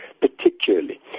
particularly